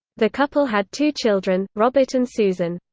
the couple had two children, robert and susan.